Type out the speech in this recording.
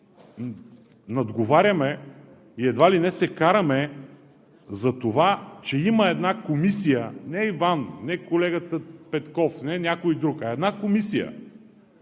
надговаряме, и едва ли не се караме за това, че има една комисия – не Иван, не колегата Петков, не някой друг, а една комисия